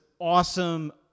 awesome